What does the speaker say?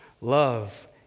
love